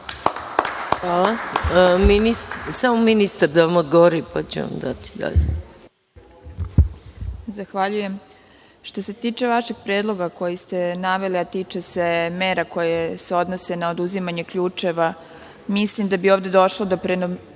Hvala. Samo ministar da odgovori pa ću vam dati dalje.